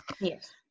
Yes